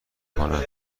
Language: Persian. کنم